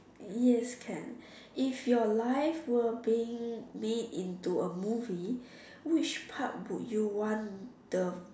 yes can if your life were being made into a movie which part would you want the